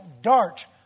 dart